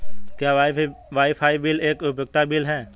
क्या wifi bill एक उपयोगिता बिल है?